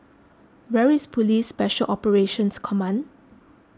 where is Police Special Operations Command